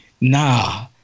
Nah